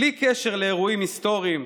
בלי קשר לאירועים היסטוריים,